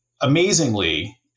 amazingly